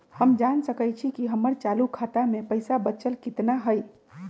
हम जान सकई छी कि हमर चालू खाता में पइसा बचल कितना हई